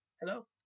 Hello